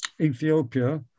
Ethiopia